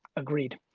agreed.